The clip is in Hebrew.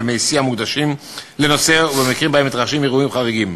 בימי שיא המוקדשים לנושא ובמקרים שבהם מתרחשים אירועים חריגים.